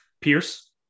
Pierce